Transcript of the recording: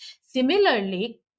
Similarly